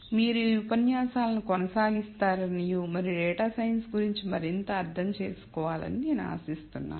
మీరు ఈ ఉపన్యాసాలను కొనసాగిస్తారని మరియు డేటా సైన్స్ గురించి మరింత అర్థం చేసుకోవాలని నేను ఆశిస్తున్నాను